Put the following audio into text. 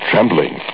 Trembling